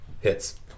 Hits